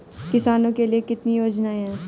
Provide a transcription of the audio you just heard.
किसानों के लिए कितनी योजनाएं हैं?